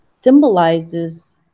symbolizes